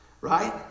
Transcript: right